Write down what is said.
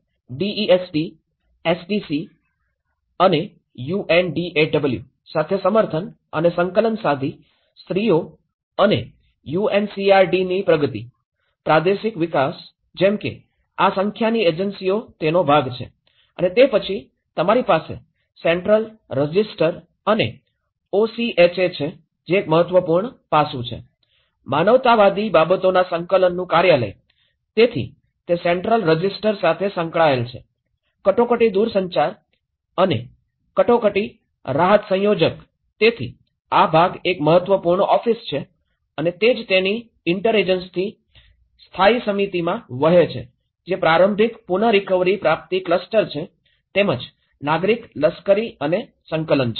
અને DESD SDC અને UNDAW સાથે સમર્થન અને સંકલન સાધી સ્ત્રીઓ અને યુએનસીઆરડી ની પ્રગતિ પ્રાદેશિક વિકાસ જેમ કે આ સંખ્યાની એજન્સીઓ તેનો ભાગ છે અને તે પછી તમારી પાસે સેન્ટ્રલ રજિસ્ટર અને ઓસીએચએ છે જે એક મહત્વપૂર્ણ પાસું છે માનવતાવાદી બાબતોના સંકલનનું કાર્યાલય તેથી તે સેન્ટ્રલ રજિસ્ટર સાથે સંકળાયેલ છે કટોકટી દૂરસંચાર અને કટોકટી અને રાહત સંયોજક તેથી આ ભાગ એક મહત્વપૂર્ણ ઓફિસ છે અને તે જ તેની ઇન્ટરેજન્સી સ્થાયી સમિતિમાં વહે છે જે પ્રારંભિક પુન રિકવરી પ્રાપ્તી ક્લસ્ટર છે તેમજ નાગરિક લશ્કરી અને સંકલન છે